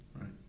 Right